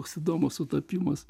koks įdomus sutapimas